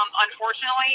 unfortunately